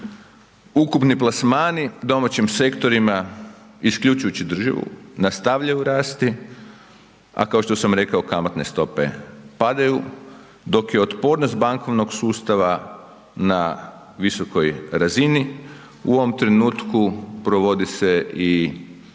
Ukupni plasmani domaćim sektorima isključujući održivu nastavljaju rasti, a kao što sam rekao kamatne stope padaju dok je otpornost bankovnog sustava na visokoj razini u ovom trenutku provodi se i tzv.